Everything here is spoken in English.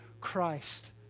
Christ